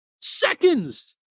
Seconds